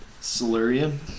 Silurian